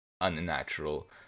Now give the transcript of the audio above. unnatural